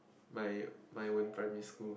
my my own primary school